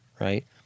right